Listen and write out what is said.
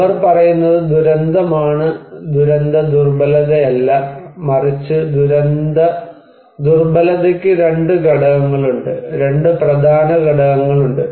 അവർ പറയുന്നത് ദുരന്തമാണ് ദുരന്തദുർബലതയല്ല മറിച്ച് ദുർബലതയ്ക്കു രണ്ട് ഘടകങ്ങളുണ്ട് രണ്ട് പ്രധാന ഘടകങ്ങൾ ഉണ്ട്